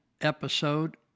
episode